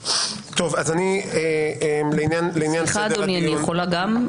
סליחה אדוני, אני יכולה גם?